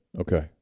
Okay